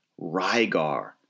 Rygar